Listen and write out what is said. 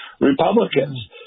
Republicans